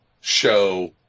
show